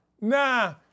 Nah